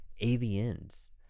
Aliens